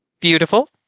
beautiful